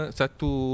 satu